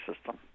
system